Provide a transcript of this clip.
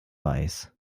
weiß